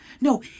No